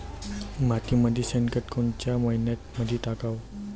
मातीमंदी शेणखत कोनच्या मइन्यामंधी टाकाव?